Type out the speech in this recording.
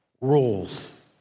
rules